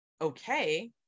okay